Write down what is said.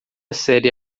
série